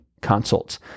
consults